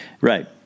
right